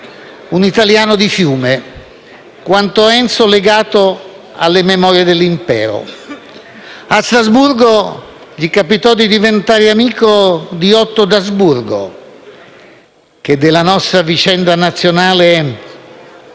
un italiano di Fiume, quanto Enzo legato alle memorie dell'impero. A Strasburgo gli capitò di diventare amico di Otto d'Asburgo che della nostra vicenda nazionale